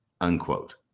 unquote